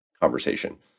conversation